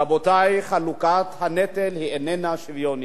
רבותי, חלוקת הנטל איננה שוויונית.